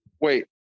Wait